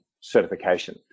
certification